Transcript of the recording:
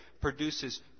produces